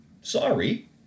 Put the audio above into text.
sorry